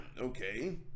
Okay